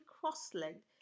cross-legged